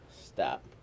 stop